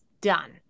done